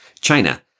China